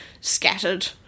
scattered